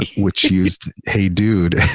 which used hey dude,